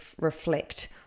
reflect